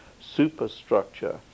superstructure